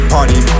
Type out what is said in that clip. Party